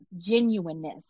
genuineness